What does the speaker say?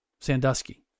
Sandusky